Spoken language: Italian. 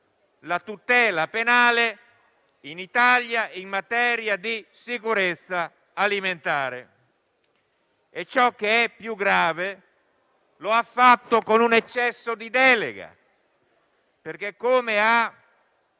la tutela penale in Italia in materia di sicurezza alimentare e, ciò che è più grave, lo ha fatto con un eccesso di delega, perché, come ha